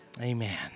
Amen